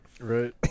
Right